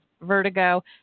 vertigo